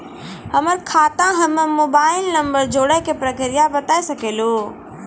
हमर खाता हम्मे मोबाइल नंबर जोड़े के प्रक्रिया बता सकें लू?